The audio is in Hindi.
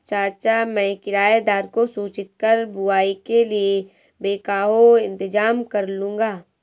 चाचा मैं किराएदार को सूचित कर बुवाई के लिए बैकहो इंतजाम करलूंगा